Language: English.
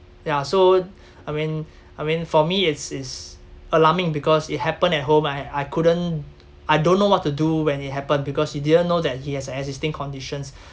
ya so I mean I mean for me it's it's alarming because it happened at home I I couldn't I don't know what to do when it happened because he didn't know that he has an existing conditions